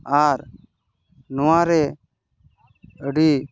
ᱟᱨ ᱱᱚᱣᱟ ᱨᱮ ᱟᱹᱰᱤ